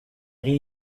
riz